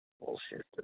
bullshit